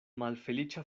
malfeliĉa